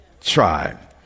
try